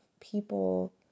people